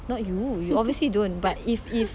not you you obviously don't but if if